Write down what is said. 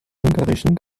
ungarischen